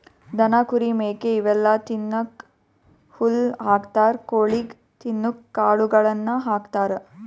ದನ ಕುರಿ ಮೇಕೆ ಇವೆಲ್ಲಾ ತಿನ್ನಕ್ಕ್ ಹುಲ್ಲ್ ಹಾಕ್ತಾರ್ ಕೊಳಿಗ್ ತಿನ್ನಕ್ಕ್ ಕಾಳುಗಳನ್ನ ಹಾಕ್ತಾರ